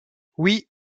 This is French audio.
oui